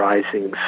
Rising